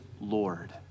Lord